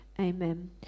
Amen